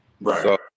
Right